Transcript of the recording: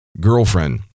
girlfriend